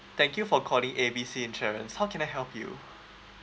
thank you for calling A B C insurance how can I help you